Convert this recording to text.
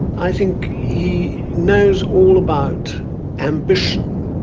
i think he knows all about ambition.